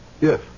Yes